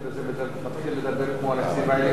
למה כל אחד שמקבל את התפקיד הזה מתחיל לדבר כמו הנציב העליון?